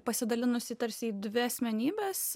pasidalinusi tarsi į dvi asmenybes